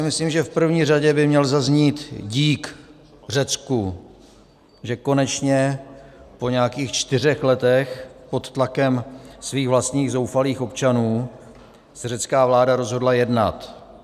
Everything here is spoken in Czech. Myslím si, že v první řadě by měl zaznít dík Řecku, že konečně po nějakých čtyřech letech pod tlakem svých vlastních zoufalých občanů se řecká vláda rozhodla jednat.